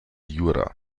jura